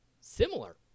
similar